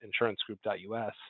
insurancegroup.us